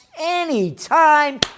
anytime